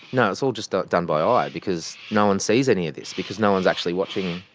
no it's all just ah done by ah eye because no one sees any of this because no one's actually watching,